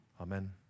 Amen